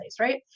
right